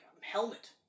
helmet